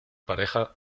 pareja